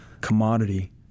commodity